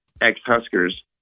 ex-Huskers